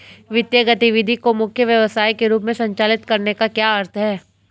वित्तीय गतिविधि को मुख्य व्यवसाय के रूप में संचालित करने का क्या अर्थ है?